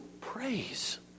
praise